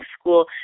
school